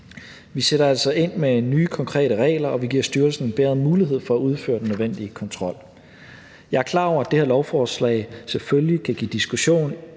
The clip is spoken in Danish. Vi sætter altså ind med nye konkrete regler, og vi giver styrelsen bedre mulighed for at udføre den nødvendige kontrol. Jeg er klar over, at det her lovforslag selvfølgelig kan give diskussion